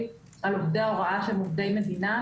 על עובדי ההוראה שהם עובדי מדינה,